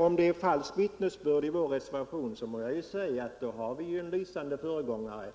Om det vi anfört i vår reservation innebär ett falskt vittnesbörd, då må jag säga att vi har en lysande föregångare